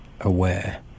aware